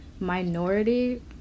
minority